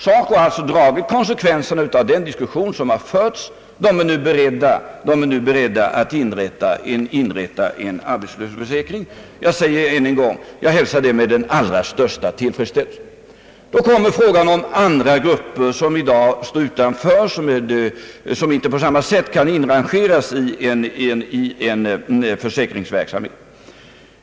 SACO har alltså dragit konsekvenserna av den diskussion, som har förts i denna fråga, och organisationen är nu beredd att inrätta en arbetslöshetsförsäkring. Jag säger ännu en gång, att jag hälsar detta med största tillfredsställelse. Då gäller det här frågan om andra grupper, som i dag står utanför en sådan försäkring och som inte på samma sätt kan inrangeras i en försäkring.